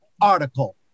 article